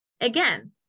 again